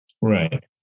Right